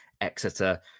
Exeter